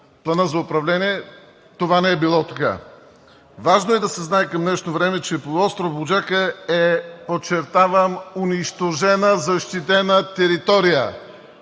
Плана за управление това не е било така. Важно е да се знае към днешно време, че полуостров „Буджака“ е, подчертавам, унищожена защитена територия.